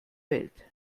welt